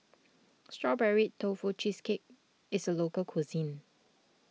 Strawberry Tofu Cheesecake is a local cuisine